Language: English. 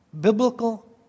biblical